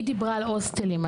היא דיברה על הוסטלים,